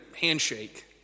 handshake